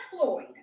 Floyd